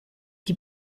die